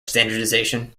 standardization